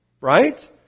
right